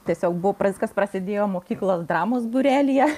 tiesiog buvo viskas prasidėjo mokyklos dramos būrelyje